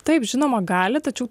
taip žinoma gali tačiau